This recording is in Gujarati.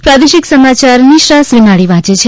પ્રાદેશિક સમાયાર નિશા શ્રીમાળી વાંચ છે